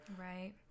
Right